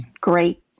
great